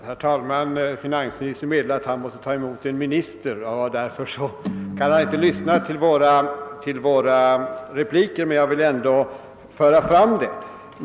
Herr talman! Finansministern meddelade att han måste taga emot en minister och att han därför inte kan lyssna på våra repliker längre. Jag vill emellertid trots detta framföra mina synpunkter.